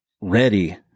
ready